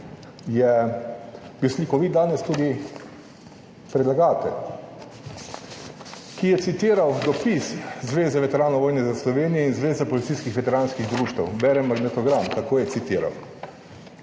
je bil slikovit danes tudi predlagatelj, ki je citiral dopis Zveze veteranov vojne za Slovenijo in Zveze policijskih veteranskih društev, berem magnetogram, tako je citiral: